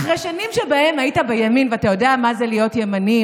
אחרי שנים שבהן היית בימין ואתה יודע מה זה להיות ימני,